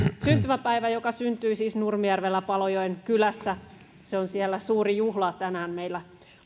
syntymäpäivä ja hän syntyi siis nurmijärvellä palojoen kylässä siellä on suuri juhla tänään meillä